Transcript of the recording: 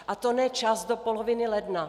A to ne čas do poloviny ledna.